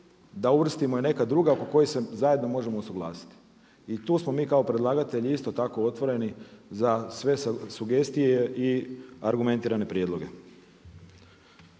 da uvrstimo i neka druga oko kojih se zajedno možemo usuglasiti. I tu smo mi kao predlagatelj isto tako otvoreni za sve sugestije i argumentirane prijedloge.